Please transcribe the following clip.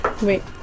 wait